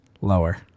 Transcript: lower